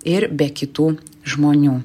ir be kitų žmonių